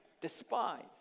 despise